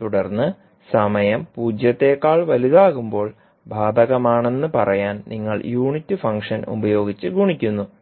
തുടർന്ന് സമയം പൂജ്യത്തേക്കാൾ വലുതാകുമ്പോൾ ബാധകമാണെന്ന് പറയാൻ നിങ്ങൾ യൂണിറ്റ് ഫംഗ്ഷൻ ഉപയോഗിച്ച് ഗുണിക്കുന്നു